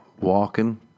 walking